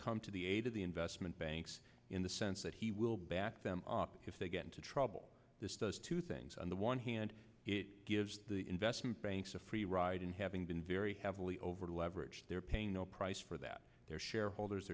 come to the aid of the investment banks in the sense that he will back them up if they get into trouble this does two things on the one hand it gives the investment banks a free ride in having been very heavily over the leverage they're paying no price for that their shareholders